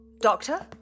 Doctor